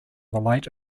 light